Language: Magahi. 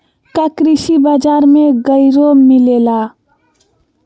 का कृषि बजार में गड़ियो मिलेला?